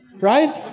right